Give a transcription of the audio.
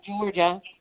Georgia